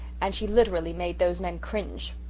and she literally made those men cringe.